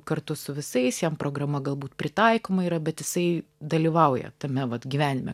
kartu su visais jam programa galbūt pritaikoma yra bet jisai dalyvauja tame vat gyvenime